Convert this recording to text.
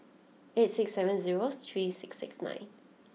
eight six seven zero three six six nine